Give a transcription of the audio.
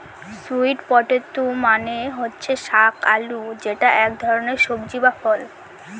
sweet potato মানে হচ্ছে শাক আলু যেটা এক ধরনের সবজি বা ফল